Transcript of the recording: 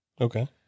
Okay